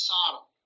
Sodom